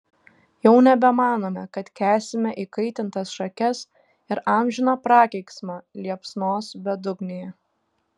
jau nebemanome kad kęsime įkaitintas šakes ir amžiną prakeiksmą liepsnos bedugnėje